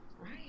Right